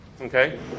Okay